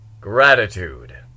Gratitude